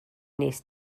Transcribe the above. nes